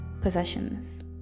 possessions